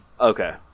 Okay